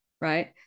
right